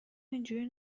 اینجوری